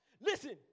Listen